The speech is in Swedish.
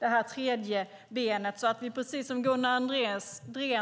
När det tredje benet ska byggas ut, så att vi som Gunnar Andrén